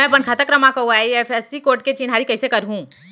मैं अपन खाता क्रमाँक अऊ आई.एफ.एस.सी कोड के चिन्हारी कइसे करहूँ?